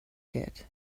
get